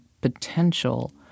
potential